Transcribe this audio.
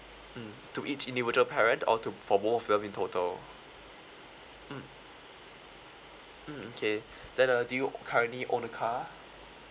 mm to each individual parent or to for both of them in total mm okay then uh do you currently own a car